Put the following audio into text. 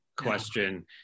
question